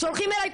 שולחים אלי,